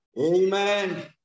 Amen